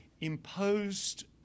imposed